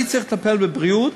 אני צריך לטפל בבריאות,